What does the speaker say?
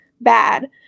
bad